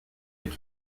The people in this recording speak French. est